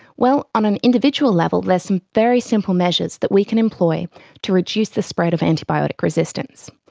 well, on an individual level there's some very simple measures that we can employ to reduce the spread of antibiotic resistance.